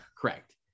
correct